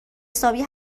حسابی